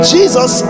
Jesus